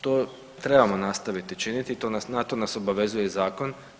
To trebamo nastaviti činiti, na to nas obavezuje i zakon.